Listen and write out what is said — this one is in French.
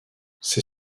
ses